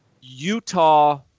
Utah